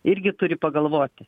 irgi turi pagalvoti